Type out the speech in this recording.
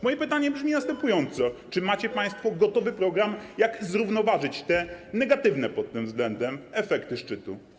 Moje pytanie brzmi następująco: Czy macie państwo gotowy program, jak zrównoważyć te negatywne pod tym względem efekty szczytu?